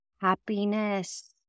happiness